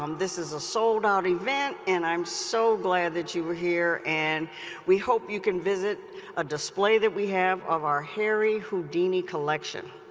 um this is a sold-out event, and i'm so glad that you are here, and we hope that you can visit a display that we have of our harry houdini collection,